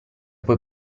puoi